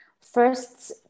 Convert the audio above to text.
first